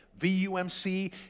VUMC